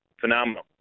phenomenal